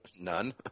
None